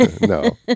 No